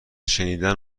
شنیدن